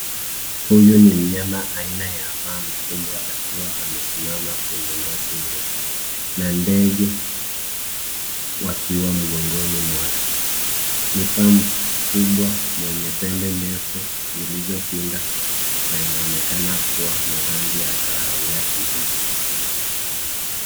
Huyu ni mnyama aina ya paa mkubwa akiwa amesimama kwenye nyasi ndefu, na ndege wakiwa mgongoni mwake. Ni paa mkubwa mwenye pembe ndefu zilizopinda na inaonekana kuwa na rangi ya kahawia kijivu.